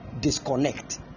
disconnect